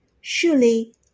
Surely